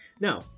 Now